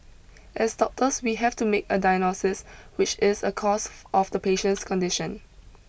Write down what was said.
as doctors we have to make a diagnosis which is a cause of the patient's condition